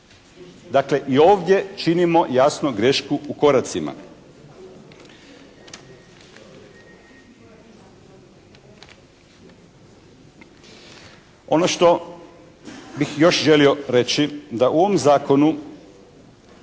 Dakle, i ovdje činimo jasno grešku u koracima. Ono što bih još želio reći da u ovom zakonu